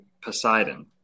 Poseidon